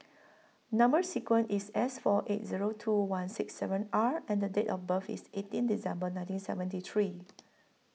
Number sequence IS S four eight Zero two one six seven R and Date of birth IS eighteen December nineteen seventy three